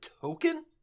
token